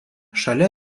šalia